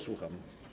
Słucham.